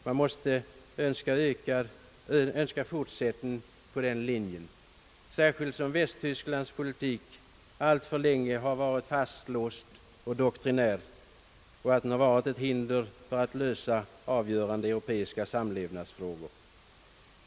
Man måste önska fortsättning på denna linje. Västtysklands politik har alltför länge varit så fastlåst och doktrinär att den har varit ett hinder att lösa avgörande europeiska samlevnadsfrågor.